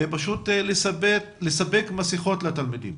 לספק מסיכות לתלמידים.